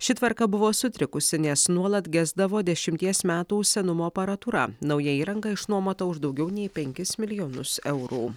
ši tvarka buvo sutrikusi nes nuolat gesdavo dešimties metų senumo aparatūra nauja įranga išnuomota už daugiau nei penkis milijonus eurų